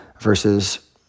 versus